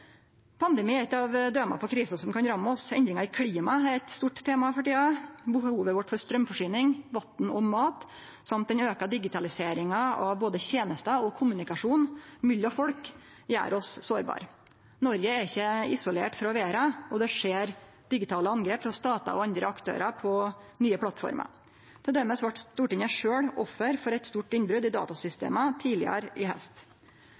Pandemi er eit døme på ei krise som kan ramme oss. Endringane i klimaet er eit stort tema for tida. Behovet vårt for straumforsyning, vatn og mat og den auka digitaliseringa av både tenester og kommunikasjon mellom folk gjer oss sårbare. Noreg er ikkje isolert frå verda, og det skjer digitale angrep frå statar og andre aktørar på nye plattformer. Til dømes vart Stortinget sjølv offer for eit stort innbrot i datasystema tidlegare i haust.